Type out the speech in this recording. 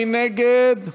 מי נגד?